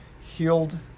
healed